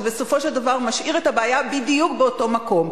וזה בסופו של דבר משאיר את הבעיה בדיוק באותו מקום.